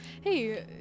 Hey